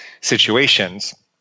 situations